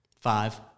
Five